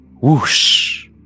Whoosh